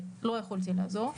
שלא יכולתי לעזור,